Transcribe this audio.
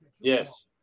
Yes